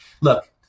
look